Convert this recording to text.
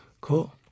Cool